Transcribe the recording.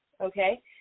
okay